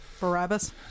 Barabbas